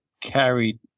carried